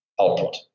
output